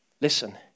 Listen